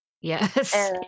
Yes